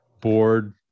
board